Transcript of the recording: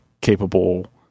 capable